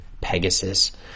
Pegasus